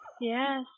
Yes